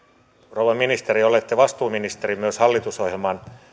rouva ministeri olette vastuuministeri myös hallitusohjelman